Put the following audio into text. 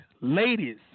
Ladies